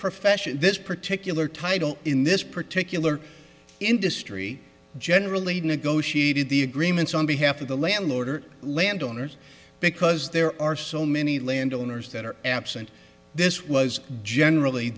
profession this particular title in this particular industry generally negotiated the agreements on behalf of the landlord or landowners because there are so many landowners that are absent this was generally